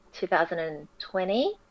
2020